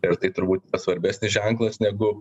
ir tai turbūt svarbesnis ženklas negu